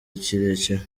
kirekire